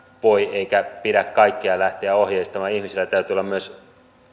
voi eikä kaikkea pidä lähteä ohjeistamaan ihmisellä täytyy olla myös